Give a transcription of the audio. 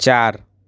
ચાર